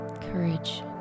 Courage